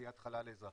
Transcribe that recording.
בתעשיית חלל אזרחי,